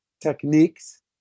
techniques